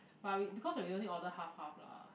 but we because we only order half half lah